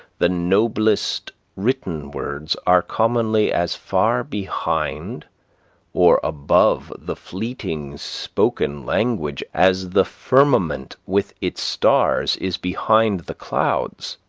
the noblest written words are commonly as far behind or above the fleeting spoken language as the firmament with its stars is behind the clouds.